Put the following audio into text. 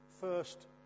first